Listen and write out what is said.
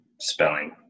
spelling